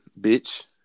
Bitch